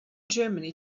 germany